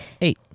Eight